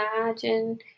imagine